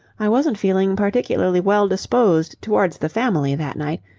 i wasn't feeling particularly well-disposed towards the family that night.